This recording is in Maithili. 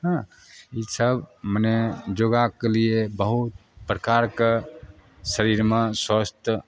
हँ ईसब मने योगाके लिए बहुत प्रकारके शरीरमे स्वस्थ